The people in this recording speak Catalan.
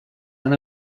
han